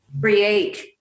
Create